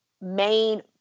main